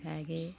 ಹಾಗೆಯೇ